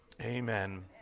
Amen